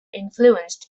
influenced